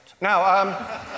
Now